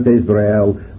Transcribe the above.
Israel